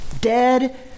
Dead